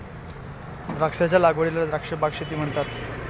द्राक्षांच्या लागवडीला द्राक्ष बाग शेती म्हणतात